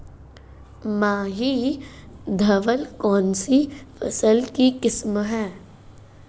माही धवल कौनसी फसल की किस्म है?